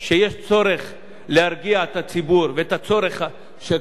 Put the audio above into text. הצורך שכל מפלגה תיקח את הקרדיט שלה בקטע הזה.